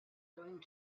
going